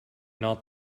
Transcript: not